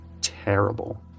terrible